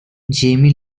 jamie